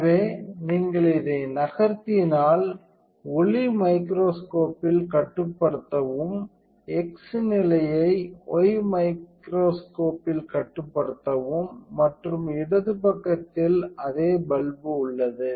எனவே நீங்கள் இதை நகர்த்தினால் நேரம் பார்க்கவும் 2019 ஒளி மைக்ரோஸ்கோப்பில் கட்டுப்படுத்தவும் x நிலையை y மைக்ரோஸ்கோப்பில் கட்டுப்படுத்தவும் மற்றும் இடது பக்கத்தில் அதே பல்பு உள்ளது